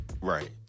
Right